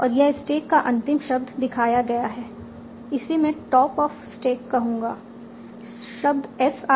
और यह स्टैक का अंतिम शब्द दिखाया गया है इसे मैं टॉप ऑफ स्टैक कहूंगा शब्द एस आई